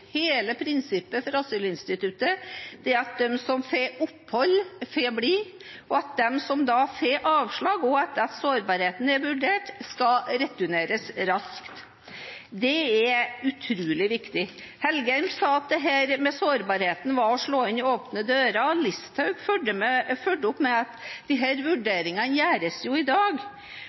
Hele prinsippet for asylinstituttet er at de som får opphold, får bli, og at de som får avslag, også etter at sårbarheten er vurdert, skal returneres raskt. Det er utrolig viktig. Engen-Helgheim sa at dette med sårbarheten var å slå inn åpne dører. Listhaug fulgte opp med at disse vurderingene gjøres jo i dag.